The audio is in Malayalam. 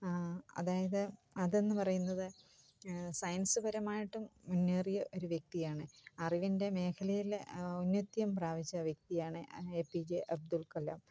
അതായത് അതെന്ന് പറയുന്നത് സയൻസ്പരമായിട്ടും മുന്നേറിയ ഒര് വ്യക്തിയാണ് അറിവിൻ്റെ മേഖലയില് ആ ഔന്നത്യം പ്രാപിച്ച വ്യക്തിയാണ് A P J Abdul Kalam